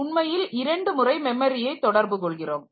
உண்மையில் இரண்டு முறை மெமரியை தொடர்பு கொள்கிறோம்